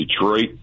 Detroit